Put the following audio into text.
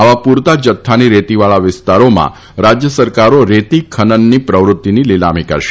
આવા પુરતા જથ્થાની રેતીવાળા વિસ્તારોમાં રાજ્ય સરકારો રેતી ખનનની પ્રવૃત્તિની લીલામી કરશે